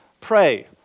pray